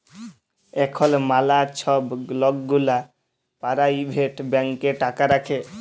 এখল ম্যালা ছব লক গুলা পারাইভেট ব্যাংকে টাকা রাখে